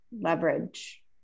leverage